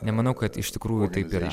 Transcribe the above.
nemanau kad iš tikrųjų taip yra